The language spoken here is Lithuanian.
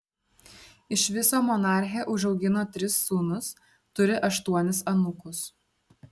iš viso monarchė užaugino tris sūnus turi aštuonis anūkus